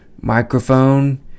microphone